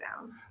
down